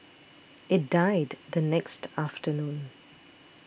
it died the next afternoon